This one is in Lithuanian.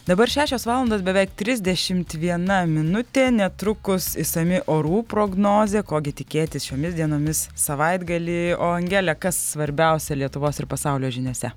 dabar šešios valandos beveik trisdešimt viena minutė netrukus išsami orų prognozė ko gi tikėtis šiomis dienomis savaitgalį o angele kas svarbiausia lietuvos ir pasaulio žiniose